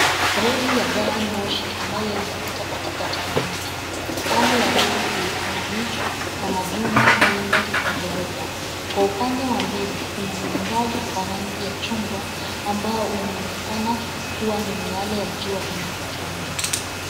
Reli ya gari moshi ambayo imepita katikati mwa mji. Kando ya reli hii kuna miti na majumba mengi ya ghorofa. Kwa upande wa mbele kuna mwangaza wa rangi ya chungwa ambao unaonekana kuwa ni miale ya jua inapochomoza.